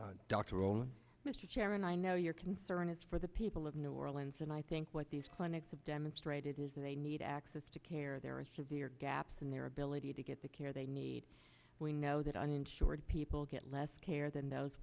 clinics doctor all mr chairman i know your concern is for the people of new orleans and i think what these clinics have demonstrated is that they need access to care there are severe gaps in their ability to get the care they need we know that uninsured people get less care than those